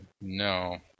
No